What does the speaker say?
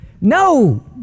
No